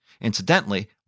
Incidentally